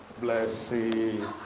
Blessing